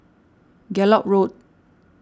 Gallop Road